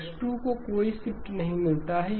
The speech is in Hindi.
X2 को कोई शिफ्ट नहीं मिलता है